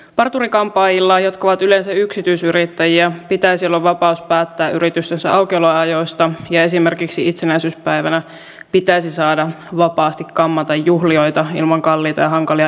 parturi kampaajilla jotka ovat yleensä yksityisyrittäjiä pitäisi olla vapaus päättää yrityksensä aukioloajoista ja esimerkiksi itsenäisyyspäivänä pitäisi saada vapaasti kammata juhlijoita ilman kalliita ja hankalia erityislupia